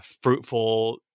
fruitful